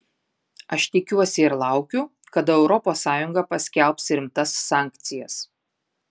aš tikiuosi ir laukiu kada europos sąjunga paskelbs rimtas sankcijas